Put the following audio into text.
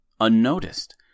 unnoticed